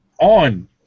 On